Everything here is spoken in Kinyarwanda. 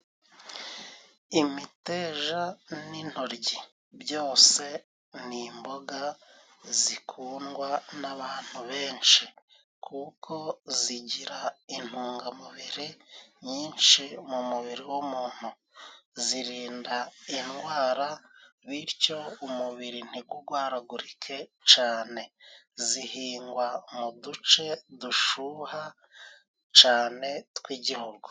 Imiteja n'intoryi byose ni imboga zikundwa n'abantu benshi kuko zigira intungamubiri nyinshi mu mubiri w'umuntu, zirinda indwara bityo umubiri ntigurwaragurike cane, zihingwa mu duce dushyuha cane tw'Igihugu.